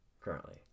currently